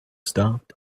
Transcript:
stopped